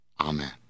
Amen